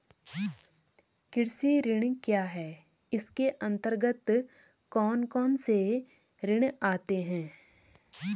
कृषि ऋण क्या है इसके अन्तर्गत कौन कौनसे ऋण आते हैं?